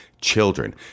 children